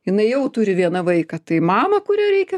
jinai jau turi vieną vaiką tai mamą kurią reikia